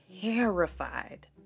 terrified